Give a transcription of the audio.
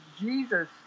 Jesus